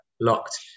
locked